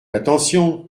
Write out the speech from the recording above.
attention